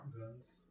guns